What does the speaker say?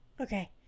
okay